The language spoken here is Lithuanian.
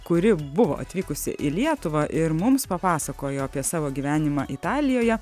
kuri buvo atvykusi į lietuvą ir mums papasakojo apie savo gyvenimą italijoje